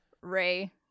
ray